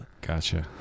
gotcha